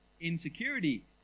Insecurity